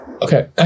Okay